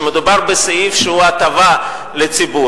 שמדובר בסעיף שהוא הטבה לציבור.